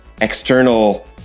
external